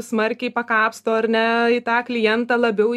smarkiai pakapsto ar ne į tą klientą labiau